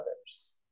others